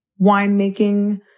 winemaking